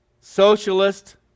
socialist